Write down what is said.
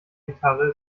gitarre